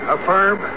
Affirm